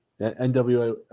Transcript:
NWA